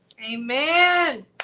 Amen